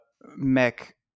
mech